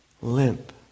limp